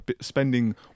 spending